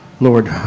lord